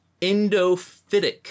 endophytic